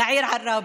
לעיר עראבה.